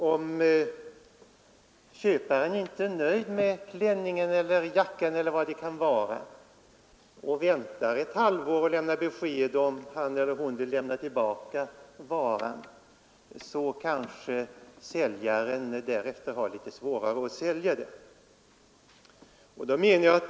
Om köparen inte är nöjd med klänningen, jackan eller vad det kan vara och väntar ett halvår med att lämna besked om han eller hon vill lämna tillbaka varan, kanske säljaren sedan har det litet svårare att sälja den på nytt.